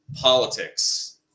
politics